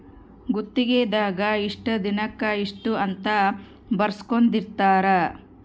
ಗುತ್ತಿಗೆ ದಾಗ ಇಷ್ಟ ದಿನಕ ಇಷ್ಟ ಅಂತ ಬರ್ಸ್ಕೊಂದಿರ್ತರ